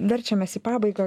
verčiamės į pabaigą